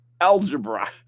Algebra